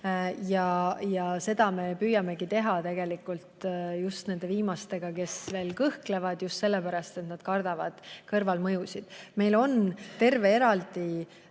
Ja seda tööd me püüamegi teha tegelikult just nende inimestega, kes veel kõhklevad just sellepärast, et nad kardavad kõrvalmõjusid. Meil on terve eraldi